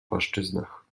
płaszczyznach